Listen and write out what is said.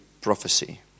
prophecy